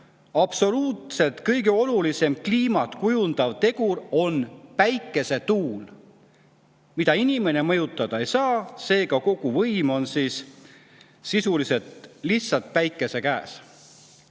absoluutselt kõige olulisem kliimat kujundav tegur on päikesetuul, mida inimene mõjutada ei saa. Seega kogu võim on sisuliselt lihtsalt päikese käes. Aga